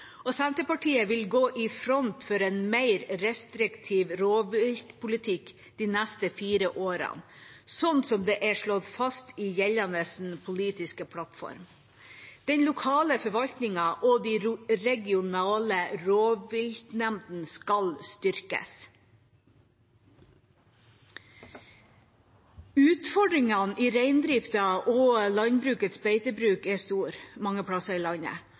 og Senterpartiet vil gå i front for en mer restriktiv rovviltpolitikk de neste fire årene, sånn det er slått fast i gjeldende politiske plattform. Den lokale forvaltningen og de regionale rovviltnemndene skal styrkes. Utfordringene i reindriftas og landbrukets beitebruk er stor mange plasser i landet.